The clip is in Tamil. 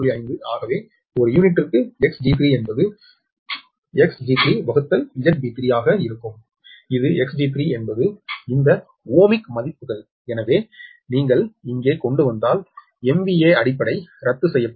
5 ஆகவே ஒரு யூனிட்டுக்கு 𝑿𝒈3 என்பது Xg3ZB3 ஆக இருக்கும் இது 𝑿𝒈3 என்பது இந்த ஓமிக் மதிப்புகள் எனவே நீங்கள் இங்கே கொண்டு வந்தால் MVA அடிப்படை ரத்து செய்யப்படும்